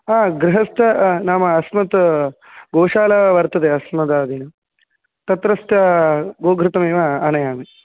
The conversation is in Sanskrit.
हा गृहस्थ नाम अस्मत् गोशाला वर्तते अस्मदादीनां तत्रस्थ गोघृतमेव आनयामि